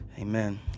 Amen